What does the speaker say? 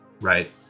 right